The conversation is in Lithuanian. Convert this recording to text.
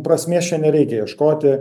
prasmės čia nereikia ieškoti